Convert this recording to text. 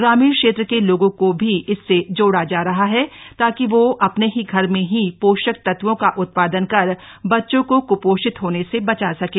ग्रामीण क्षेत्र के लोगों को भी इससे जोड़ा जा रहा है ताकि वह अपने ही घर में ही पोषक तत्वों का उत्पादन कर बच्चों को क्पोषित होने से बचा सकें